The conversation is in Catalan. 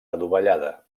adovellada